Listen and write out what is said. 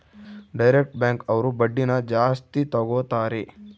direct bank ಅವ್ರು ಬಡ್ಡಿನ ಜಾಸ್ತಿ ತಗೋತಾರೆ